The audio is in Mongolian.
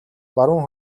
баруун